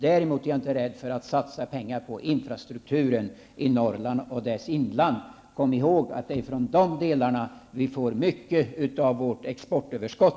Däremot är jag inte rädd när det gäller att satsa pengar på infrastrukturen i Norrland och dess inland. Kom ihåg att det är från de landsdelarna som vi får mycket av vårt lands exportöverskott!